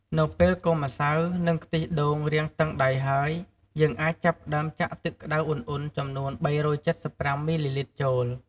នៅពេលកូរម្សៅ និងខ្ទិះដូងរាងតឹងដៃហើយ យើងអាចចាប់ផ្ដើមចាក់ទឹកក្ដៅឧណ្ហៗចំនួន ៣៧៥ មីលីលីត្រចូល។